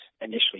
initially